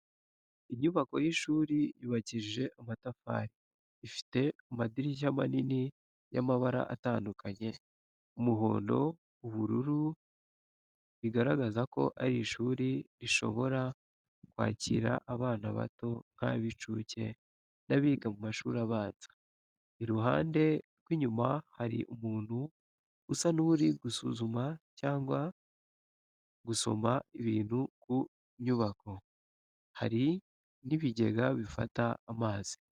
Inyubako y’ishuri yubakishije amatafari, ifite amadirishya manini y’amabara atandukanye umuhondo, ubururu, bigaragaza ko ari ishuri rishobora kwakira abana bato nk’ab'incuke n'abiga amashuri abanza, iruhande rw’inyuma hari umuntu usa n’uri gusuzuma cyangwa gusoma ibintu ku nyubako, hari n'ibigega bifata amazi.